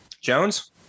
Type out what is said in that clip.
Jones